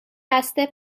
بسته